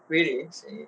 really